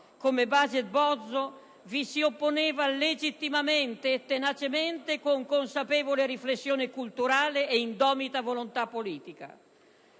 come Baget Bozzo, vi si opponeva legittimamente e tenacemente, con consapevole riflessione culturale e indomita volontà politica;